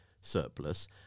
surplus